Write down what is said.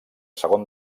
segon